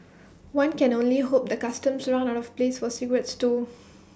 one can only hope the Customs runs out of place for cigarettes too